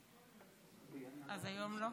אל תגזים.